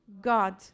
God